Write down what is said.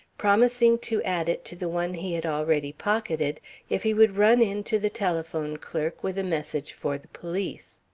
promising to add it to the one he had already pocketed if he would run in to the telephone clerk with a message for the police.